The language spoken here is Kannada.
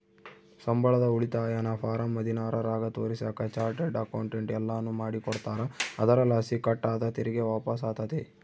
ಸಂಬಳದ ಉಳಿತಾಯನ ಫಾರಂ ಹದಿನಾರರಾಗ ತೋರಿಸಾಕ ಚಾರ್ಟರ್ಡ್ ಅಕೌಂಟೆಂಟ್ ಎಲ್ಲನು ಮಾಡಿಕೊಡ್ತಾರ, ಅದರಲಾಸಿ ಕಟ್ ಆದ ತೆರಿಗೆ ವಾಪಸ್ಸಾತತೆ